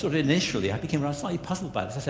sort of initially i became rather like puzzled by it,